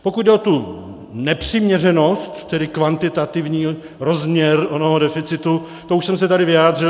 Pokud jde o tu nepřiměřenost, tedy kvantitativní rozměr onoho deficitu, to už jsem se tady vyjádřil.